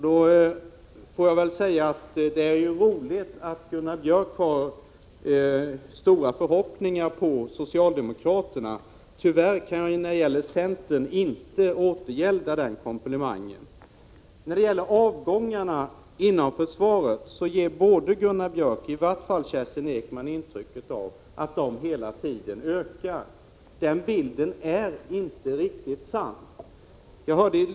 Då får jag väl säga att det är roligt att Gunnar Björk har stora förhoppningar när det gäller socialdemokraterna. Tyvärr kan jag när det gäller centern inte återgälda den komplimangen. I fråga om avgångarna inom försvaret ger Gunnar Björk, och i varje fall Kerstin Ekman, ett intryck av att de hela tiden ökar. Den bilden är inte riktigt — Prot. 1986/87:46 sann.